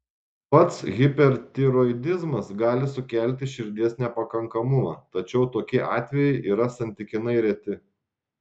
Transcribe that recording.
pats hipertiroidizmas gali sukelti širdies nepakankamumą tačiau tokie atvejai yra santykinai reti